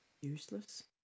useless